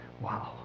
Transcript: Wow